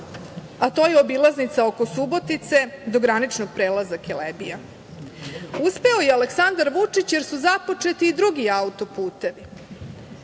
a to je obilaznica oko Subotice do graničnog prelaza Kelebija. Uspeo je Aleksandar Vučić jer su započeti i drugi autoputevi.